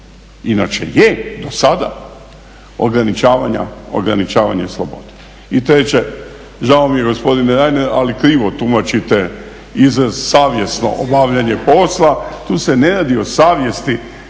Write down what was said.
inače je do sada ograničavanja slobode. I treće, žao mi je gospodine Reiner ali krivo tumačite izraz savjesno obavljanje posla. Tu se ne radi o savjesti